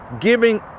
Giving